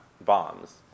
bombs